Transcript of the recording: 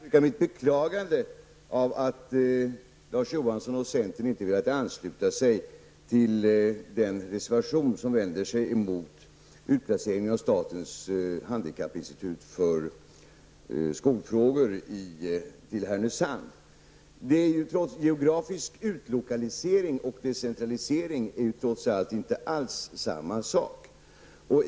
Herr talman! Jag vill bara uttrycka mitt beklagande över att Larz Johansson och centern inte velat ansluta sig till den reservation som vänder sig mot utplaceringen av statens handikappinstitut för skolfrågor till Härnösand. Geografisk utlokalisering och decentralisering är trots allt inte alls samma sak.